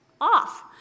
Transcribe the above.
Off